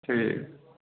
ठीक ऐ